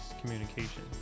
communication